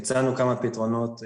הצענו כמה פתרונות.